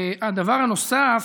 הדבר הנוסף,